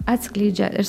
atskleidžia iš